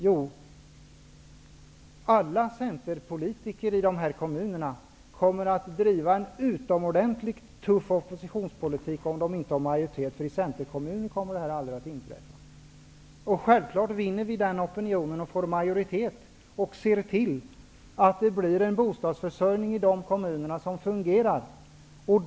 Ja, alla centerpolitiker i dessa kommuner kommer att driva en utomordentligt tuff oppositionspolitik -- om de inte redan är i majoritet. I centerkommuner kommer denna situation aldrig att inträffa. Självklart kommer vi att vinna opinionen och få majoritet. Då kommer vi att se till att det skapas fungerande bostadsförsörjningsprogram i kommunerna.